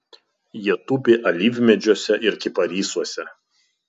jie tupi alyvmedžiuose ir kiparisuose